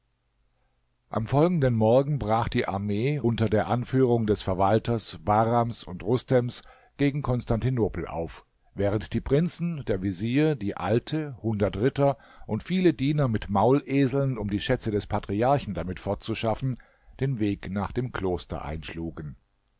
am folgenden morgen brach die armee unter der anführung des verwalters bahrams und rustems gegen konstantinopel auf während die prinzen der vezier die alte hundert ritter und viele diener mit mauleseln um die schätze des patriarchen damit fortzuschaffen den weg nach dem kloster einschlugen